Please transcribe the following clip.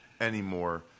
anymore